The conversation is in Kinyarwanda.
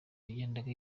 yagendaga